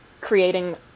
creating